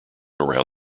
around